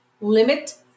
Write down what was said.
Limit